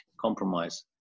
compromise